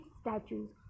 statues